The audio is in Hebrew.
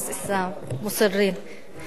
עמדתי לוותר על הפלת הממשלה אבל עכשיו